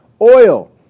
Oil